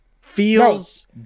feels